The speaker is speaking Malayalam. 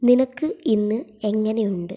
നിനക്ക് ഇന്ന് എങ്ങനെയുണ്ട്